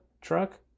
truck